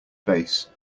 base